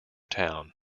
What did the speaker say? town